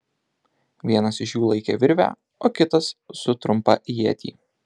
vienas iš jų laikė virvę o kitas su trumpą ietį